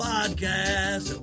Podcast